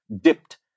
dipped